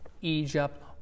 Egypt